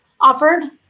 offered